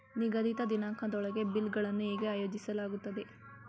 ನಿಗದಿತ ದಿನಾಂಕದೊಳಗೆ ಬಿಲ್ ಗಳನ್ನು ಹೇಗೆ ಆಯೋಜಿಸಲಾಗುತ್ತದೆ?